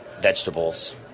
vegetables